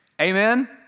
Amen